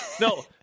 No